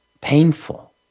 painful